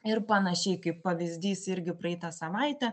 ir panašiai kaip pavyzdys irgi praeitą savaitę